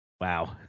Wow